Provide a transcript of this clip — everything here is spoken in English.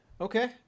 okay